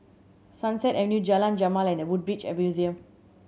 Sunset Avenue Jalan Jamal and The Woodbridge Museum